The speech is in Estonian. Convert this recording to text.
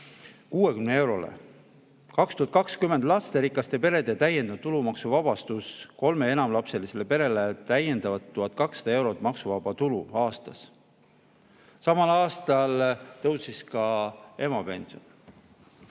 60 eurole. 2020 lasterikastele peredele täiendav tulumaksuvabastus, kolme‑ ja enamalapselisele perele täiendavalt 1200 eurot maksuvaba tulu aastas. Samal aastal tõusis ka emapension.